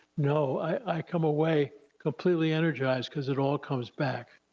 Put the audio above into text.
no, i come away completely energized, cause it all comes back.